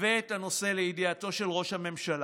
הבא את הנושא לידיעתו של ראש הממשלה,